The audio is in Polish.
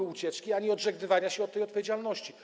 ani ucieczki, ani odżegnywania się od tej odpowiedzialności.